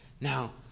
Now